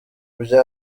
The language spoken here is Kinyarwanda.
bwanjye